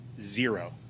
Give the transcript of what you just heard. zero